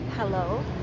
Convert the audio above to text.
Hello